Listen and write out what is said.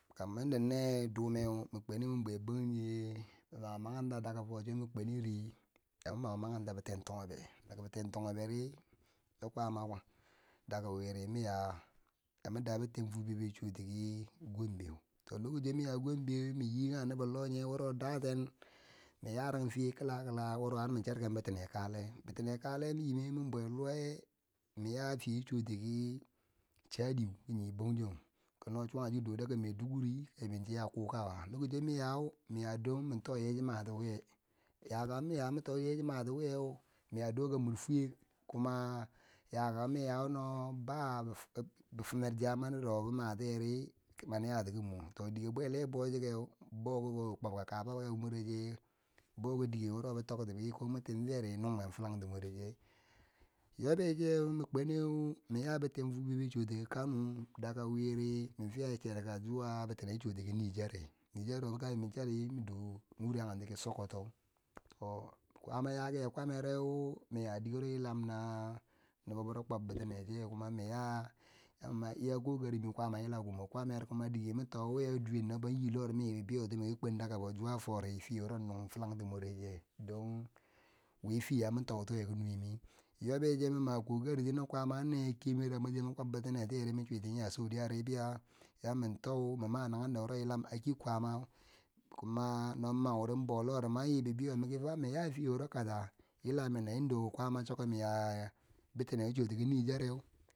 Kamanda neye dume min kwe ni min bwe banjinge mi ma maranta daga fo cho mi kweniri, yami mau makaranta bi ten tigobe daga bi ten tigoberi, cho kwaama, daga wiri miya yamin da biten fubebeu choti ki gombeu, to lo kociyo mi nyi gombeu mim nyi kange nobbo longe wuro daten min yarang fiye kila kila wuro har mim cherken bitine kale, bitine kale mim nyi me mim bwe lowe, mim ya fiye chi chwuti ki chadiu ki nye banjong kino chwanko chiki dou daga maiduguri, ibim chiya kukawa lokaciyo min yau mi ya don min to nye chi ma tiwiye yakako miya mi tonye ye chi mati wiyeu mi ya doka mur fwek, kuma yakako mi ya yeu no ba bifibifimer, zamani rowo bi matiyeuri mani yati ki mwo, to dike bwele bouchikeu boki kwobka kaba moreche, bou ki dike wuro bi tokti biki ko mwon tim feri nung mwen filangti morecheu yobbeu cheu min kwaneu min ya bitine fubebo chi chu tiki kano, daga wiri min fiya cher ka zuwa bitine chi chwoti ki nigereu, nigero min do nure yakenti ki sokoto, to kwaama ya ki nye kwamere miya dike wuro yilann na nobbo wuro kwobbitine tiyeu kuma min ya yami ma iya kokarimi kwaama yilau ki ye kwamer, kuma dike mi too wiyeu duwen no bowin nyin lori min nyi bibeyoti mi kwen daga fo zuwa fori nun filanti more che don wi fiye yami tautowe ki nuwe miye yobecheu mim ma ko kariti no kwaama an ne nye kimero a masayi mi nye kwobbi tinetiyeri min chwiti ya saudi arabiya, ya min too, mi ma nagengdo yilam haki kwaama, kuma no mauri man nyi bibeiyo miki mi ya fiye wuro gasa, yila men na doh kwaama chuknye miya bitine chi chwati ki nigereu.